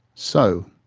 so,